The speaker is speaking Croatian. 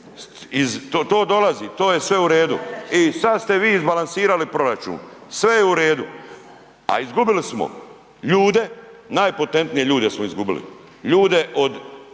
to dolazi, to je sve u redu. I sada ste vi izbalansirali proračun. Sve je u redu. A izgubili smo ljude, najpotenije ljude smo izgubili, ljude od